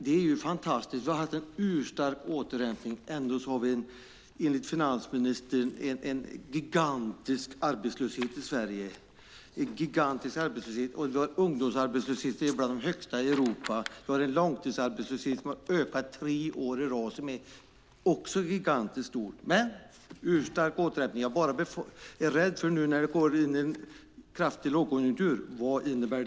Det är fantastiskt att vi haft en urstark återhämtning och samtidigt, enligt finansministern, har en gigantisk arbetslöshet i Sverige. Vi har en ungdomsarbetslöshet som är bland de högsta i Europa och en långtidsarbetslöshet som ökat tre år i rad och också är gigantisk. Ändå har vi en urstark återhämtning. Jag är bara rädd för vad det innebär när vi nu går in i en kraftig lågkonjunktur.